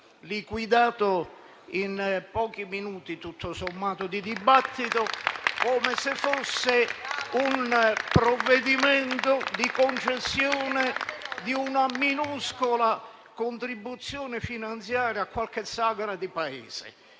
sommato, in pochi minuti di dibattito, come se fosse un provvedimento di concessione di una minuscola contribuzione finanziaria a qualche sagra di paese.